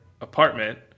apartment